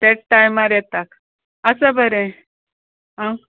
तेंच टायमार येता आसा बरें आ